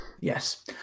Yes